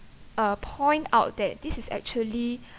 uh point out that this is actually